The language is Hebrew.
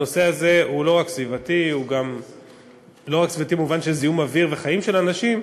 הנושא הזה הוא לא רק סביבתי במובן של זיהום אוויר וחיים של אנשים,